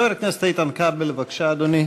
חבר הכנסת איתן כבל, בבקשה, אדוני.